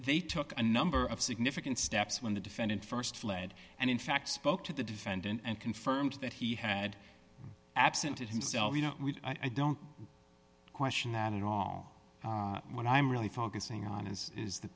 they took a number of significant steps when the defendant st fled and in fact spoke to the defendant and confirmed that he had absent himself you know i don't question that at all when i'm really focusing on is is the